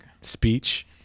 speech